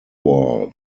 war